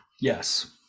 Yes